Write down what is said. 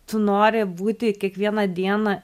tu nori būti kiekvieną dieną